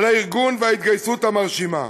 על הארגון וההתגייסות המרשימה.